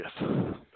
yes